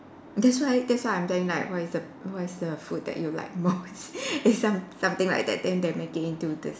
that's why that's why I'm telling like what is what is the food that you like the most is some something like that then they make it into this